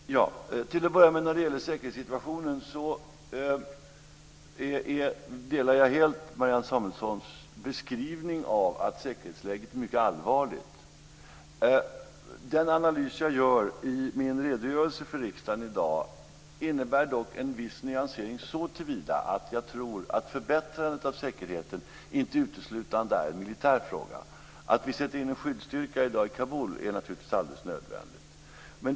Fru talman! Till att börja med vill jag beträffande säkerhetssituationen säga att jag helt delar Marianne Samuelssons beskrivning av att säkerhetsläget är mycket allvarligt. Den analys som jag gör i min redogörelse för riksdagen i dag innebär dock en viss nyansering såtillvida att jag tror att förbättrandet av säkerheten inte uteslutande är en militär fråga. Att vi i dag sätter in en skyddsstyrka i Kabul är naturligtvis alldeles nödvändigt.